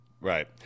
Right